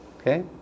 Okay